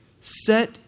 Set